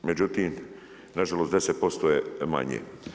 Međutim, nažalost 10% je manje.